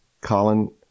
Colin